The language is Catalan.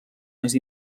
més